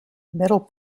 middle